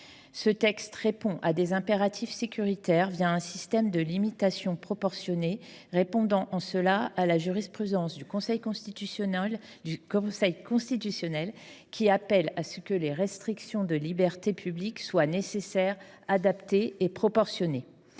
Ce texte répond à des impératifs sécuritaires via un système de limitations proportionnées répondant en cela à la jurisprudence du Conseil constitutionnel qui appelle à ce que les restrictions de liberté publique soient nécessaires, adaptées et proportionnées.